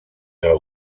der